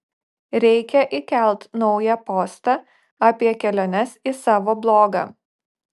reikia įkelt naują postą apie keliones į savo blogą